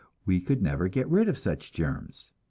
we could never get rid of such germs.